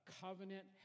covenant